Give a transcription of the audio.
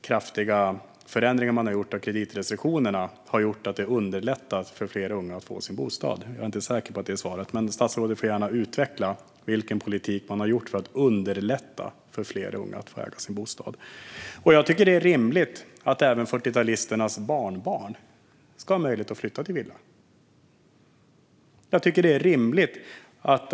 kraftiga förändringarna av kreditrestriktionerna har underlättat för unga att få bostad? Jag är inte säker på att det är detta som är svaret, men statsrådet får gärna utveckla vilken politik man har drivit för att underlätta för unga att äga sin bostad. Jag tycker att det är rimligt att även 40-talisternas barnbarn ska ha möjlighet att flytta till villa.